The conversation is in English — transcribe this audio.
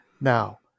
Now